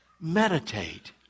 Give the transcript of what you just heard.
meditate